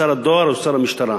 שר הדואר או שר המשטרה,